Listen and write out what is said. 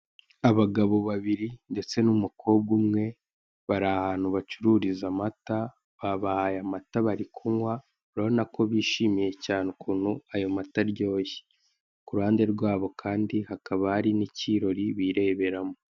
Abagabo babiri ndetse n'umukobwa umwe, bari ahantu bacururiza amata, babahaye amata barikunywa, urabona ko bishimiye cyane ukuntu ayo mata aryoshye. Ku ruhande rwabo kandi, hakaba hari n'ikirori bireberamo.